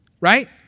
Right